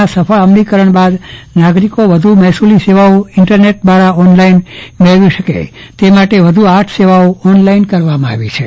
ના સફળ અમલીકરણ બાદ નાગરિકો વધુ મહેસુલી સેવાઓ ઇન્ટરનેટ દ્વારા ઓનલાઇન મેળવી શકે તે માટે વધુ આઠ સેવાઓ ઓનલાઇન કરવામાં આવી છે